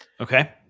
Okay